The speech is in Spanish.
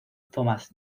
thomas